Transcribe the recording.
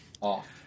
off